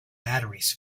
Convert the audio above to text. batteries